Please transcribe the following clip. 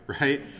right